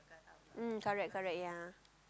mm correct correct ya